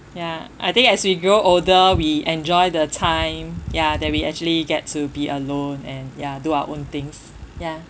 ya I think as we grow older we enjoy the time ya that we actually get to be alone and ya do our own things ya